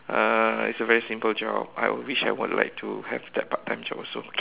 uh it's a very simple job I would wish I would like to have that part time job also